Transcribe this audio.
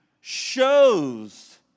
shows